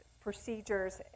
procedures